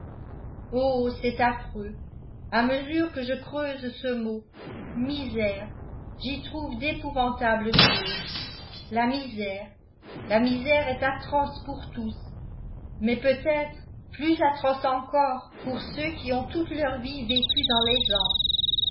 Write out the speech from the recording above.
oh c'est affreux à mesure que je creuse ce mot misère j'y trouve d'épouvantables choses la misère la misère est atroce pour tous mais peut-être plus atroce encore pour ceux qui ont toute leur vie vécu dans l'aisance